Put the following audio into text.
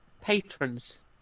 patrons